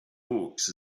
hawks